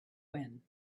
when